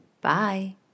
Bye